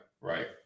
Right